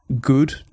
good